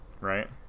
right